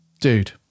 Dude